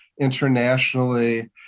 internationally